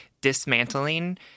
dismantling